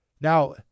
Now